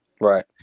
Right